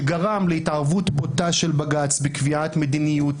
שגרם להתערבות בוטה של בג"ץ בקביעת מדיניות,